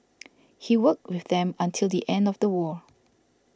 he worked with them until the end of the war